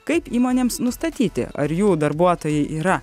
kaip įmonėms nustatyti ar jų darbuotojai yra